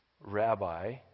rabbi